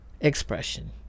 expression